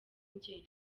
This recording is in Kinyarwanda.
njye